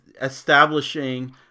establishing